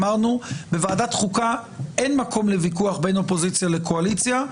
אמרנו: בוועדת החוקה אין מקום לוויכוח בין אופוזיציה לקואליציה,